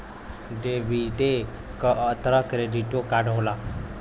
डेबिटे क तरह क्रेडिटो कार्ड होला